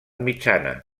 mitjana